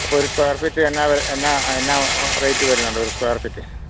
അപ്പോൾ ഒരു square feet എന്ന എന്നാ എന്നാ റേറ്റ് വരുന്നുണ്ടോ ഒരു സ്ക്വയർ ഫീറ്റ്